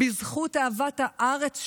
בזכות אהבת הארץ שלכם,